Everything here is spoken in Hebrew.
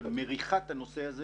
של מריחת הנושא הזה